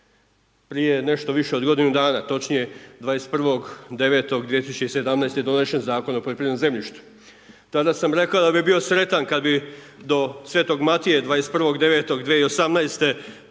je nešto više od godinu dana točnije 21.9.2017. donesen zakon o poljoprivrednom zemljištu. Tada sam rekao da bi bio sretan kada bi do Sv. Matije 21.9.2018.